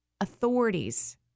Authorities